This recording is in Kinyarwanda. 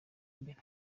imbere